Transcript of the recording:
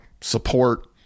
support